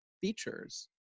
features